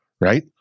right